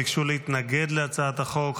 ביקשו להתנגד להצעת החוק,